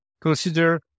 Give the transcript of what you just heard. consider